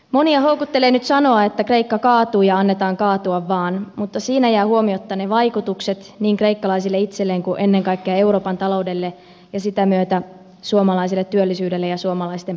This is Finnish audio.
monia houkuttelee nyt sanoa että kreikka kaatuu ja annetaan kaatua vaan mutta siinä jäävät huomiotta ne vaikutukset niin kreikkalaisille itselleen kuin ennen kaikkea euroopan taloudelle ja sitä myötä suomalaiselle työllisyydelle ja suomalaisten pärjäämiselle